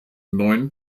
neun